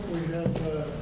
we have a